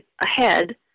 ahead